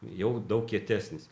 jau daug kietesnis